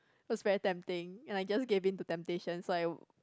was very tempting and I just gave in to temptation so I would